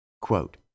quote